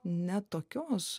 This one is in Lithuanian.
ne tokios